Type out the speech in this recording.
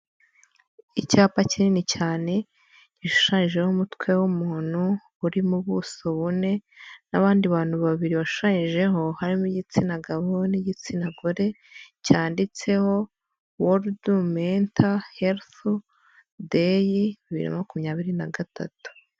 Icyapa kinini cyane gishushanyijeho umutwe w'umuntu, urimo ubuso bune n'abandi bantu babiri bashushanyijeho harimo igitsina gabo, n'igitsina gore cyanditseho woludu menta helifu deyi bibiri na makumyabiri na gatatu.